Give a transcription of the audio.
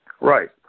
Right